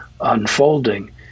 unfolding